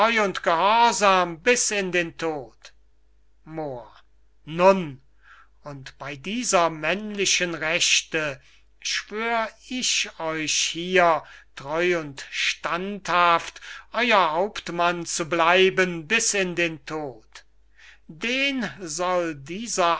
gehorsam bis in den tod moor nun und bey dieser männlichen rechte schwör ich euch hier treu und standhaft euer hauptmann zu bleiben bis in den tod den soll dieser